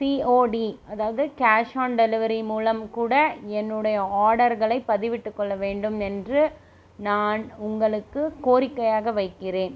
COD அதாவது cash on delivery மூலம் கூட என்னுடைய ஆர்டர்களை பதிவிட்டுக்கொள்ள வேண்டும் என்று நான் உங்களுக்கு கோரிக்கையாக வைக்கிறேன்